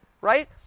Right